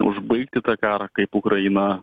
užbaigti tą karą kaip ukraina